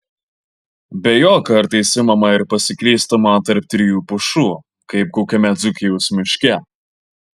be jo kartais imama ir pasiklystama tarp trijų pušų kaip kokiame dzūkijos miške